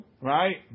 right